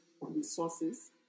resources